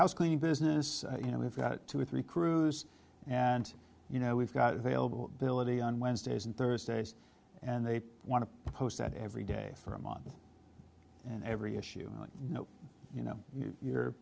house cleaning business you know we've got two or three crews and you know we've got a vailable delivery on wednesdays and thursdays and they want to post that every day for a month and every issue you know you're